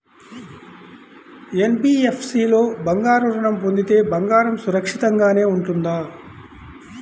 NBFC లో బంగారు ఋణం పొందితే బంగారం సురక్షితంగానే ఉంటుందా?